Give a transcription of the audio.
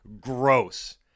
gross